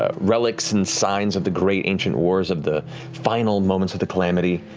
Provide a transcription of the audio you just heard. ah relics and signs of the great ancient wars of the final moments of the calamity,